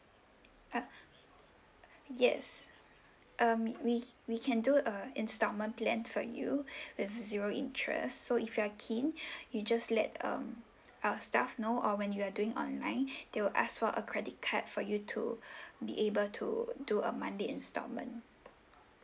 uh yes um we we can do a installment plan for you with zero interest so if you are keen you just let um our staff know or when you are doing online they will ask for a credit card for you to be able to do a monthly installment